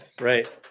Right